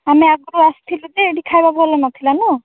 ଆମେ ଆଗରୁ ଆସିଥିଲୁ ଯେ ଏଇଠି ଖାଇବା ଭଲ ନଥିଲା ନା